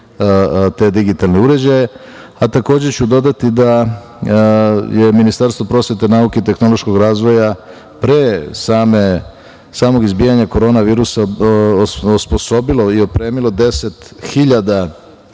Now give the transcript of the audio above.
te digitalne uređaje, a takođe ću dodati da je Ministarstvo prosvete, nauke i tehnološkog razvoja pre izbijanja korona virusa osposobilo i opremilo 10.000